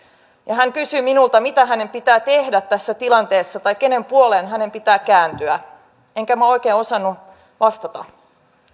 hän kysyi minulta mitä hänen pitää tehdä tässä tilanteessa tai kenen puoleen hänen pitää kääntyä enkä minä oikein osannut vastata